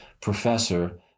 professor